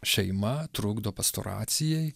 šeima trukdo pastoracijai